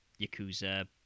yakuza